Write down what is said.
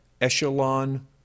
Echelon